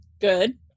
Good